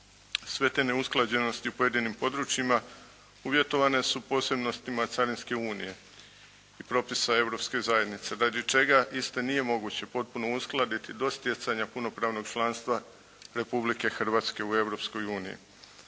Sve te neusklađenosti u pojedinim područjima uvjetovane su posebnostima Carinske unije i propisa Europske zajednice radi čega iste nije moguće potpuno uskladiti do stjecanja punopravnog članstva Republike Hrvatske u Europskoj uniji.